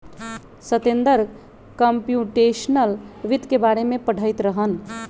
Satender computational वित्त के बारे में पढ़ईत रहन